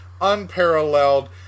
unparalleled